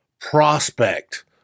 prospect